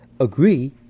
Agree